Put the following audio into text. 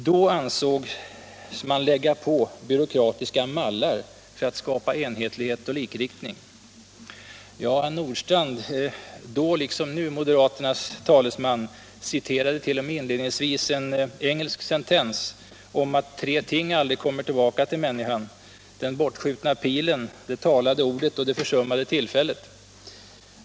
Då ansågs man lägga på ”byråkratiska mallar för att skapa enhetlighet och likriktning”. Ja, herr Nordstrandh, då liksom nu moderaternas talesman, citerade t. 0. m. inledningsvis en engelsk sentens om att tre ting aldrig kommer tillbaka till människan: den bortskjutna pilen, det talade ordet och det försummade tillfället.